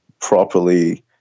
properly